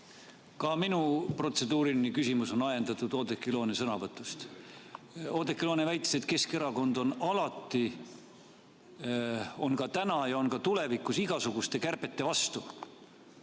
Ka minu protseduuriline küsimus on ajendatud Oudekki Loone sõnavõtust. Oudekki Loone väitis, et Keskerakond on alati olnud, on täna ja on ka tulevikus igasuguste kärbete vastu.